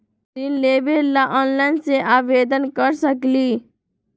ऋण लेवे ला ऑनलाइन से आवेदन कर सकली?